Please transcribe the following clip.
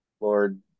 Lord